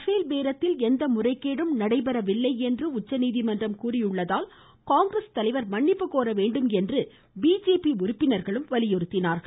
பேல் பேரத்தில் எந்த முறைகேடும் நடைபெறவில்லை என்று உச்சநீதிமன்றம் கூறியுள்ளதால் காங்கிரஸ் தலைவர் மன்னிப்பு கோர வேண்டும் என்று பிஜேபி உறுப்பினர்கள் வலியுறுத்தினார்கள்